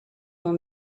will